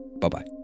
Bye-bye